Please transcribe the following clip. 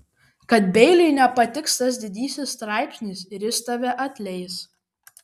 kad beiliui nepatiks tas didysis straipsnis ir jis tave atleis